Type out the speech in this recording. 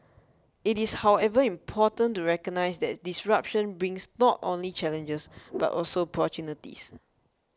it is however important to recognise that disruption brings not only challenges but also opportunities